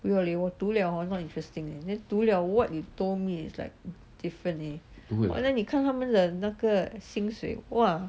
不要 leh 我读了 hor not interesting leh then 读了 [what] you told me is like different leh but then 你看他们的那个薪水哇